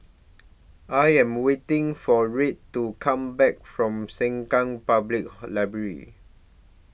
I Am waiting For Red to Come Back from Sengkang Public Library